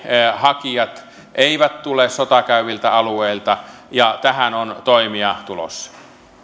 hakijat eivät tule sotaa käyviltä alueilta ja tähän on toimia tulossa arvoisa